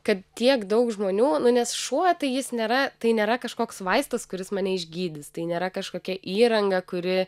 kad tiek daug žmonių nes šuo tai jis nėra tai nėra kažkoks vaistas kuris mane išgydys tai nėra kažkokia įranga kuri